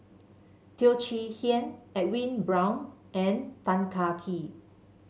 Teo Chee Hean Edwin Brown and Tan Kah Kee